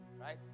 Right